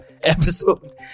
episode